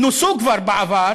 נוסו בעבר